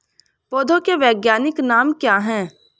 पौधों के वैज्ञानिक नाम क्या हैं?